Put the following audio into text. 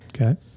Okay